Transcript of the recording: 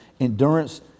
endurance